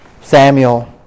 Samuel